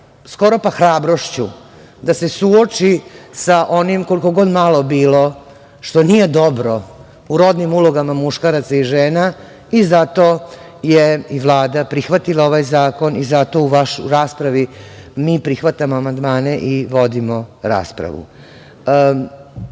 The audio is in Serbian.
skoro pa hrabrošću da se suoči sa onim, koliko god malo bilo, što nije dobro u rodnim ulogama muškaraca i žena i zato je i Vlada prihvatila ovaj zakon i zato u raspravi mi prihvatamo amandmane i vodimo raspravu. Možda